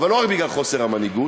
לא רק בגלל חוסר המנהיגות